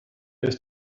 ist